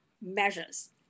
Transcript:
measures